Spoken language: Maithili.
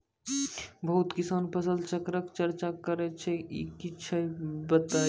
बहुत किसान फसल चक्रक चर्चा करै छै ई की छियै बताऊ?